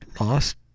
lost